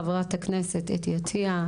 חברת הכנסת אתי עטייה.